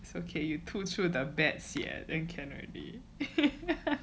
it's okay you 吐出 the bad 血 then can already